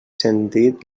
sentit